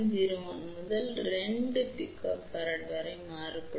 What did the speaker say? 0 1 முதல் 2 pF வரை மாறுபடும்